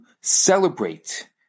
celebrate